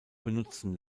benutzten